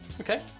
Okay